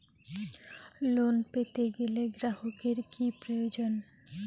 Loan পেতে গেলে গ্রাহকের কি প্রয়োজন?